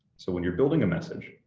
so when you're building a message,